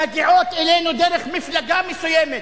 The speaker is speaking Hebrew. מגיעים אלינו דרך מפלגה מסוימת,